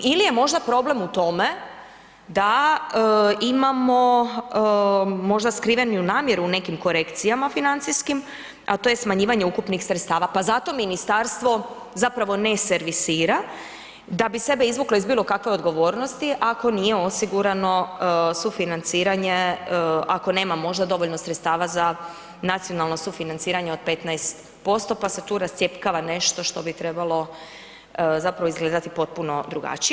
Ili je možda problem u tome da imamo možda skrivenu namjeru u nekim korekcijama financijskim, a to je smanjivanje ukupnih sredstava, pa zato ministarstvo zapravo ne servisira da bi sebe izvuklo iz bilo kakve odgovornosti ako nije osigurano sufinanciranje, ako nema možda dovoljno sredstava za nacionalno sufinanciranje od 15%, pa se tu rascjepkava nešto što bi trebalo zapravo izgledati potpuno drugačije.